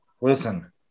listen